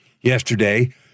yesterday